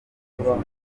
nk’izindi